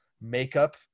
makeup